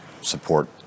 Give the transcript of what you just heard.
support